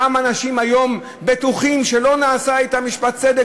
כמה אנשים היום בטוחים שלא נעשה אתם משפט צדק